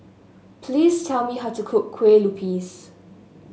please tell me how to cook Kue Lupis